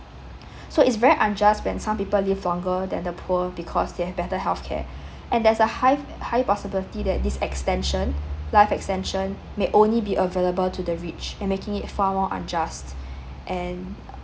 so it's very unjust when some people live longer than the poor because they have better healthcare and there's a hi~ high possibility that this extension life extension may only be available to the rich and making it far more unjust and uh